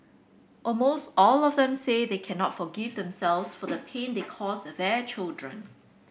almost all of them say they cannot forgive themselves for the pain they cause their children